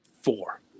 Four